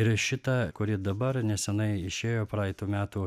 ir šita kuri dabar nesenai išėjo praeitų metų